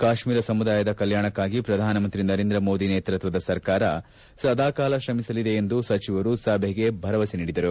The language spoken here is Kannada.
ಕಾಶ್ಮೀರ ಸಮುದಾಯದ ಕಲ್ವಾಣಕ್ಕಾಗಿ ಪ್ರಧಾನಮಂತ್ರಿ ನರೇಂದ್ರ ಮೋದಿ ನೇತೃತ್ವದ ಸರ್ಕಾರ ಸದಾಕಾಲ ಶ್ರಮಿಸಲಿದೆ ಎಂದು ಸಚಿವರು ಸಭೆಗೆ ಭರವಸೆ ನೀಡಿದರು